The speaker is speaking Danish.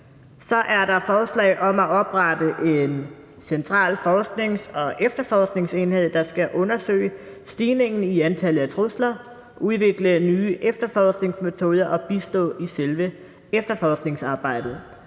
Så er der forslag om at oprette en central forsknings- og efterforskningsenhed, der skal undersøge stigningen i antallet af trusler, udvikle nye efterforskningsmetoder og bistå i selve efterforskningsarbejdet.